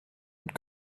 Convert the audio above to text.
und